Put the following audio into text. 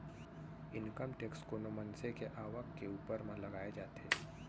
income tax कोनो मनसे के आवक के ऊपर म लगाए जाथे